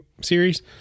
series